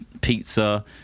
pizza